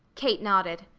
kate nodded.